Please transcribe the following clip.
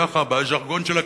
ככה בז'רגון של הכנסת,